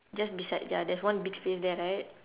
just beside ya there's one big space there right